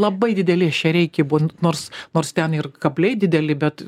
labai dideli ešeriai kibo nors nors ten ir kabliai dideli bet